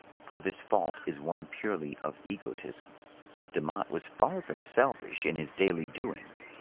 for this fault is one purely of egotism but demotte was far from selfish in his daily doings,